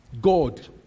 God